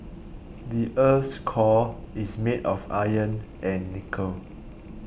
the earth's core is made of iron and nickel